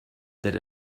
that